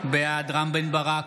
בעד רם בן ברק,